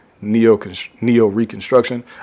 neo-reconstruction